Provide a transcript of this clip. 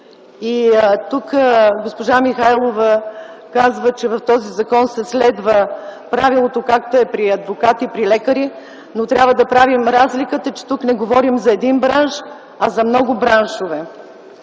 Тук госпожа Михайлова каза, че в този закон се следва правилото както при адвокатите и лекарите, но трябва да правим разликата, че тук не говорим за един, а за много браншове.